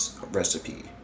recipe